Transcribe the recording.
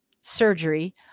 surgery